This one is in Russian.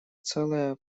целое